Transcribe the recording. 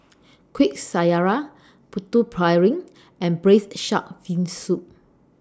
Kuih Syara Putu Piring and Braised Shark Fin Soup